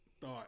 thought